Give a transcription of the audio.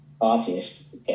artist